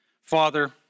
Father